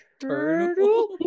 turtle